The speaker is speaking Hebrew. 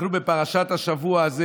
בפרשת השבוע הזה